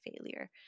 failure